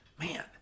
man